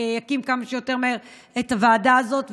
יקים כמה שיותר מהר את הוועדה הזאת,